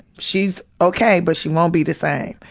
she's okay, but she won't be the same.